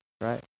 right